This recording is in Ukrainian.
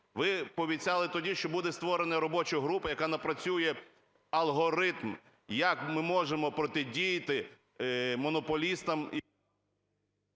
Ви пообіцяли тоді, що буде створено робочу групу, яка напрацює алгоритм, як ми можемо протидіяти монополістам…